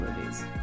movies